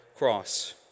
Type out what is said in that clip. cross